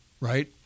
right